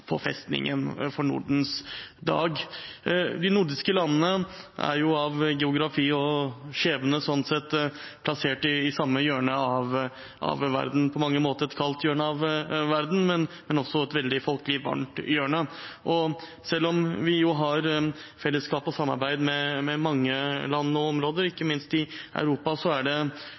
på festningen for Nordens dag. De nordiske landene er av geografi og skjebne sånn sett plassert i samme hjørne av verden – på mange måter et kaldt hjørne av verden, men også et veldig folkelig varmt hjørne. Selv om vi har fellesskap og samarbeid med mange land og områder, ikke minst i Europa, er det